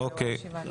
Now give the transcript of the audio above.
הישיבה נעולה.